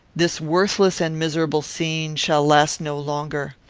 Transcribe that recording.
this worthless and miserable scene shall last no longer.